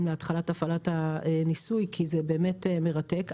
להתחלת הפעלת הניסוי כי זה באמת מרתק.